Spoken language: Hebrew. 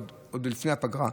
עוד לפני הפגרה.